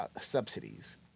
subsidies